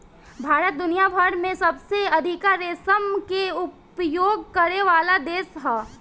भारत दुनिया भर में सबसे अधिका रेशम के उपयोग करेवाला देश ह